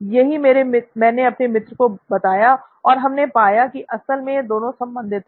यही मैंने अपने मित्र को बताया और हमने पाया कि असल में यह दोनों संबंधित है